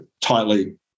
tightly